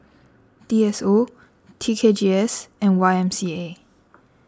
D S O T K G S and Y M C A